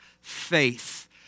faith